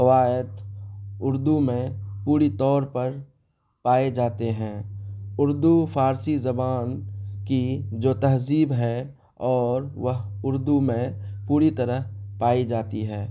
قواعد اردو میں پوری طور پر پائے جاتے ہیں اردو فارسی زبان کی جو تہذیب ہے اور وہ اردو میں پوری طرح پائی جاتی ہے